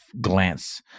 glance